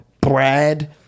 Brad